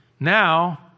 now